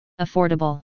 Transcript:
Affordable